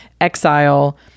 exile